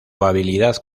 habilidad